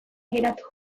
geratu